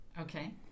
Okay